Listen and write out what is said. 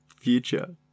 Future